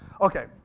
Okay